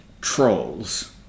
trolls